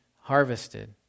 harvested